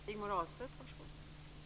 Fru talman!